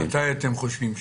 מתי אתם חושבים שתחזרו?